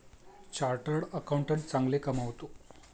chartered accountant चांगले कमावतो